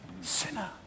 Sinner